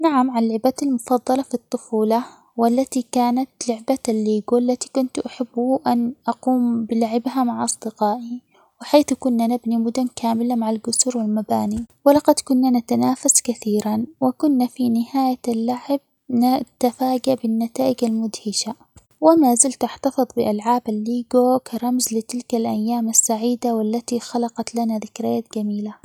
نعم عن لعبتي المفضلة في الطفولة والتي كانت لعبة الليجو ،التي كنت أحب أن أقوم بلعبها مع أصدقائي ،وحيث كنا نبني مدن كاملة مع القصور ،والمباني، ولقد كنا نتنافس كثيرا وكنا في نهاية اللعب -ن-نتفاجأ بالنتائج المدهشة وما زلت أحتفظ بألعاب الليجو كرمز لتلك الأيام السعيدة والتي خلقت لنا ذكريات جميلة.